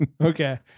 Okay